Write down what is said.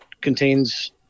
contains